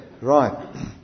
right